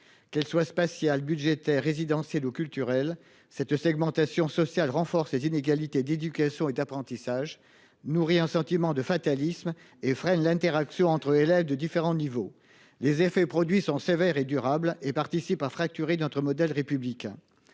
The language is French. Qu'elle soit spatiale budgétaire résidentielle culturel cette segmentation sociale renforce les inégalités d'éducation et d'apprentissage nourri un sentiment de fatalisme et freine l'interaction entre élèves de différents niveaux. Les effets produits sont sévères et durables et participe à fracturer notre modèle républicain.